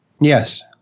Yes